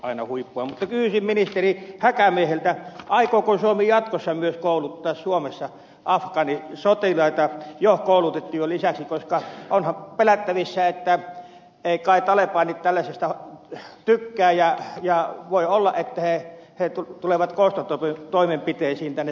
kysyisin ministeri häkämieheltä aikooko suomi jatkossa myös kouluttaa suomessa afgaanisotilaita jo koulutettujen lisäksi koska onhan kai pelättävissä että eivät talebanit tällaisesta tykkää ja voi olla että he tulevat kostotoimenpiteisiin tänne suomen maaperälle